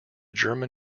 german